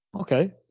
Okay